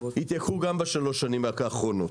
התייקרו גם בשלוש שנים האחרונות.